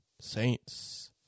Saints